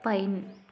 pine